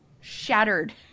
shattered